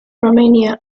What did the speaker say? romania